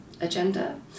agenda